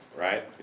Right